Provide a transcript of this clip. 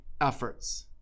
efforts